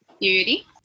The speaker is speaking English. Beauty